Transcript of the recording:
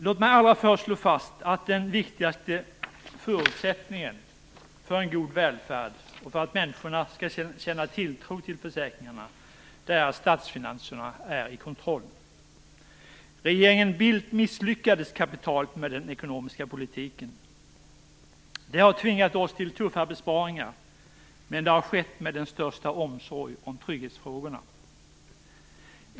Låt mig allra först slå fast att den viktigaste förutsättningen för en god välfärd och för att människor skall känna tilltro till försäkringarna är att statsfinanserna är under kontroll. Regeringen Bildt misslyckades kapitalt med den ekonomiska politiken. Det har tvingat oss till tuffa besparingar, men de har skett med den största omsorg om trygghetsfrågorna.